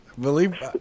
believe